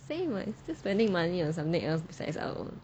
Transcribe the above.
say you are still spending money on something else besides our own